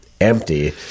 empty